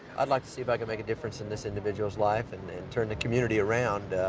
i'd like to see if i can make a difference in this individuals' life and turn the community around.